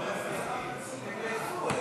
כבוד היושב-ראש, ראש הממשלה,